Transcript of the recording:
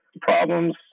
problems